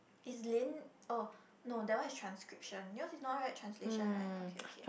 is Lin oh no that one is transcription yours is not like translation right okay okay